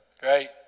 great